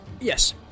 Yes